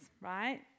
right